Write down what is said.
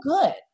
good